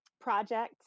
project